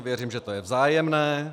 Věřím, že to je vzájemné.